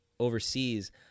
overseas